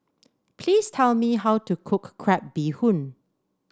please tell me how to cook Crab Bee Hoon